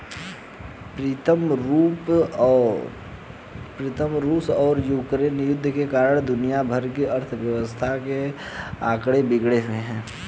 प्रीतम रूस और यूक्रेन युद्ध के कारण दुनिया भर की अर्थव्यवस्था के आंकड़े बिगड़े हुए